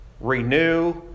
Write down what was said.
renew